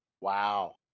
Wow